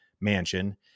mansion